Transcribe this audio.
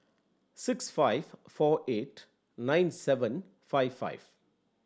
six five four eight nine seven five five